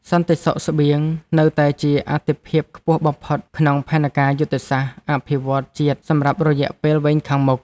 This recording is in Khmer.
សន្តិសុខស្បៀងនៅតែជាអាទិភាពខ្ពស់បំផុតក្នុងផែនការយុទ្ធសាស្ត្រអភិវឌ្ឍន៍ជាតិសម្រាប់រយៈពេលវែងខាងមុខ។